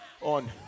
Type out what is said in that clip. on